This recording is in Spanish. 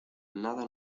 nada